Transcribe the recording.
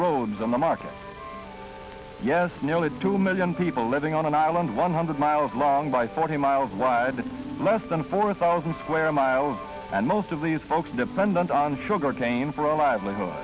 roads on the market yes nearly two million people living on an island one hundred miles long by forty miles wide this is less than four thousand square miles and most of these folks dependent on sugarcane for a livelihood